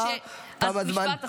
משפט אחרון.